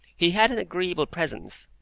he had an agreeable presence,